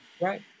Right